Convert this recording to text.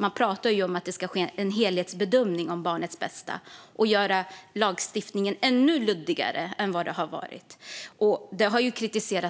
Man pratar om att det ska göras en helhetsbedömning av barnets bästa, vilket gör lagstiftningen ännu luddigare. Detta har mött hård kritik